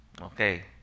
Okay